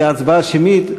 החתימות להצבעה שמית,